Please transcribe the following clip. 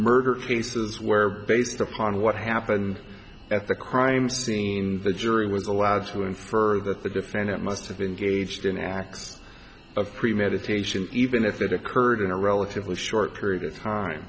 murder cases where based upon what happened at the crime scene the jury was allowed to infer that the defendant must have been gauged in acts of premeditation even if it occurred in a relatively short period of time